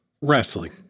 wrestling